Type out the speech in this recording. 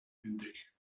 übrig